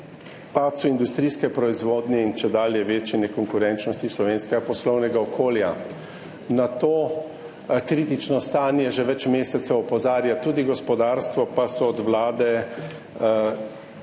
padcu industrijske proizvodnje in čedalje večji nekonkurenčnosti slovenskega poslovnega okolja. Na to kritično stanje že več mesecev opozarja tudi gospodarstvo, pa so od vlade deležni